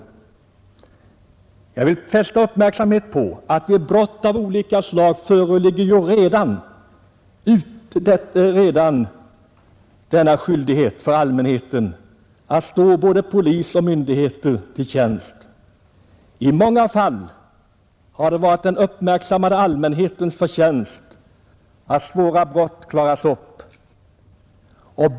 Jag vill fästa uppmärksamheten på att vid brott av olika slag föreligger ju redan denna skyldighet för allmänheten att stå både polis och myndigheter till tjänst. I många fall har det varit den uppmärksamma allmänhetens förtjänst att svåra brott klarats upp.